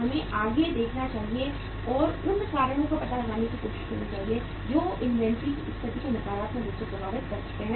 हमें आगे देखना चाहिए और उन कारणों का पता लगाने की कोशिश करनी चाहिए जो इन्वेंट्री की स्थिति को नकारात्मक रूप से प्रभावित कर सकते हैं